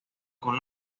con